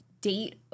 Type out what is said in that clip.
date